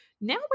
Now